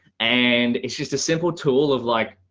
and it's just a simple tool of like,